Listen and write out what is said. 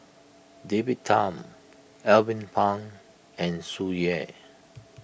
David Tham Alvin Pang and Tsung Yeh